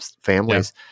families